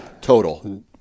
Total